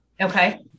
Okay